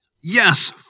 yes